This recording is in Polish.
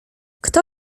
kto